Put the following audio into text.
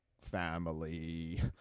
family